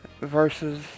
versus